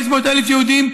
500,000 יהודים,